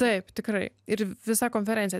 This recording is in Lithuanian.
taip tikrai ir visa konferencija